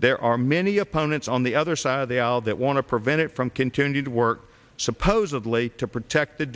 there are many opponents on the other side of the aisle that want to prevent it from continued work supposedly to protect the